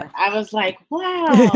i was like, wow,